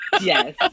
Yes